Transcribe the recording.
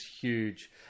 huge